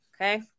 okay